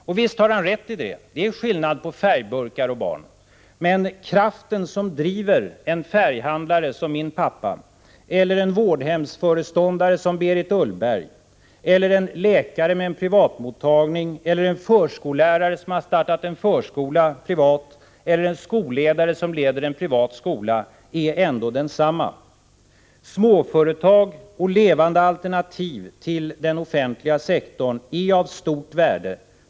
Och visst har han rätt i det — det är skillnad på färgburkar och barn, men kraften som driver en färghandlare som min pappa eller en vårdhemsföreståndare som Berit Ullberg eller en läkare med en privatmottagning eller en förskollärare, som har startat en förskola privat, eller en skolledare, som leder en privat skola, är ändå densamma. Småföretag och levande alternativ till den offentliga sektorn är av stort värde.